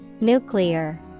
Nuclear